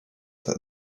that